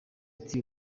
ati